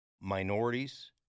minorities